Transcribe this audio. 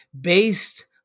based